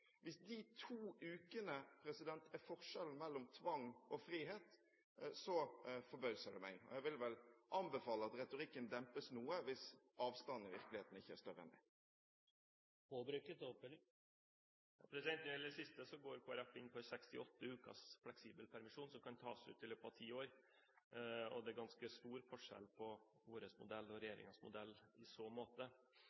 Hvis de to ukene er forskjellen mellom tvang og frihet, forbauser det meg. Jeg vil vel anbefale at retorikken dempes noe hvis avstanden i virkeligheten ikke er større enn det. Når det gjelder det siste, går Kristelig Folkeparti inn for 68 ukers fleksibel permisjon som kan tas ut i løpet av ti år. Det er ganske stor forskjell på vår modell og